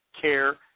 Care